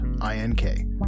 I-N-K